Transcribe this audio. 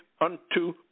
unto